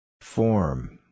Form